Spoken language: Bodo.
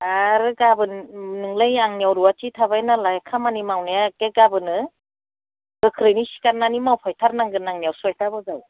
आरो गाबोन नोंलाय आंनियाव रुवाथि थाबाय नालाय खामानि मावनाया एखे गाबोनो गोख्रैनो सिखारनानै मावफैथारनांगोन आंनियाव सयथा बजायाव